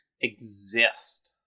exist